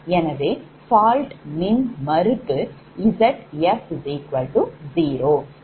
எனவே fault மின்மறுப்பு Zf0